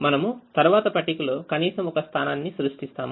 మనము తర్వాత పట్టికలో కనీసం ఒక స్థానాన్ని సృష్టిస్తాము